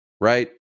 right